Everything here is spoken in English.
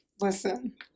Listen